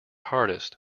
hardest